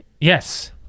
Yes